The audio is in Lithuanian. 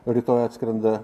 rytoj atskrenda